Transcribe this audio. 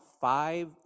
five